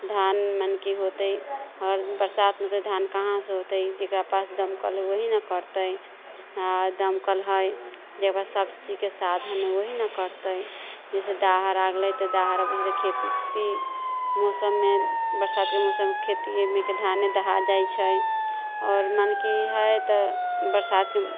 धान मने कि होतै आओर बरसात नहि होतै तऽ धान कहाँसँ होतै जकरा पास दमकल है वही ने करतै आओर दमकल हइ जेकरा पास सभ चीजके साधन है वही ने करतै जैसे दाहर आ गेलै तऽ दाहरमे खेती मौसममे बरसातके मौसममे खेतीमेके धाने दहा जाइ छै आओर मने कि है तऽ बरसातके